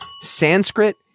Sanskrit